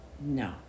No